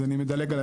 אז אני מדלג עליו,